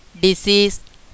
disease